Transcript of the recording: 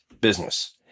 business